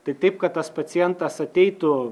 tai taip kad tas pacientas ateitų